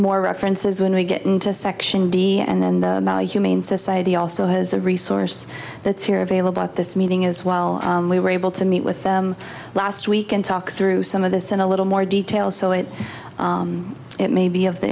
more references when we get into section d and then the humane society also has a resource that's here available at this meeting as well we were able to meet with them last week and talk through some of this in a little more detail so it it may be of the